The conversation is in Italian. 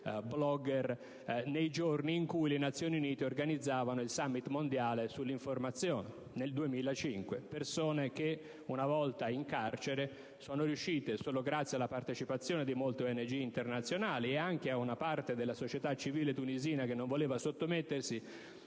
*blogger* nei giorni in cui le Nazioni Unite, nel 2005, organizzavano il *summit* mondiale sull'informazione. Si tratta di persone che, una volta in carcere, solo grazie alla partecipazione di molte ONG internazionali, ad una parte della società civile tunisina che non voleva sottomettersi